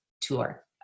tour